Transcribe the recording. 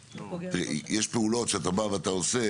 יש פעולות שאתה בא ואתה עושה,